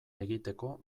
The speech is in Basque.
egiteko